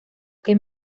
que